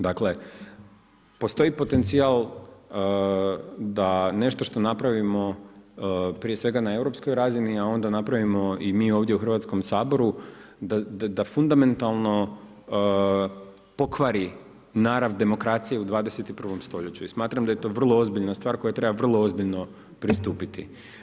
Dakle postoji potencijal da nešto što napravimo prije svega na europskoj razini, a onda napravimo i mi ovdje u Hrvatskom saboru da fundamentalno pokvari narav demokracije u 21. stoljeću i smatram da je to vrlo ozbiljna stvar kojoj treba vrlo ozbiljno postupiti.